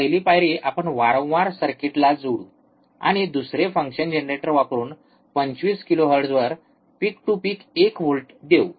पहिली पायरी आपण वारंवार सर्किटला जोडू आणि दुसरे फंक्शन जनरेटर वापरून 25 किलोहर्ट्झवर पिक टू पिक एक व्होल्ट देऊ